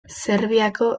serbiako